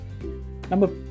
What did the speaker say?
number